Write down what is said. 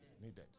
needed